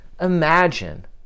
imagine